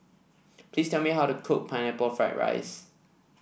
please tell me how to cook Pineapple Fried Rice